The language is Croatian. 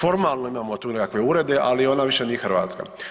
Formalno imamo tu neke urede, ali ona više nije hrvatska.